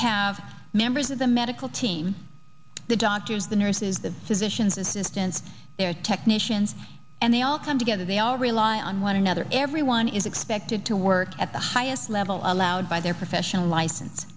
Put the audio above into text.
have members of the medical team the doctors the nurses the physicians assistants there are technicians and they all come together they all rely on one another everyone is expected to work at the highest level allowed by their professional license